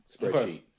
spreadsheet